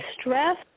stress